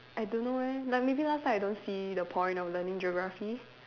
I don't know leh like maybe last time I don't see the point of learning geography